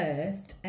First